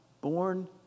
born